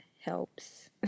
helps